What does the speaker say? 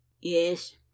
yes